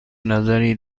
نظری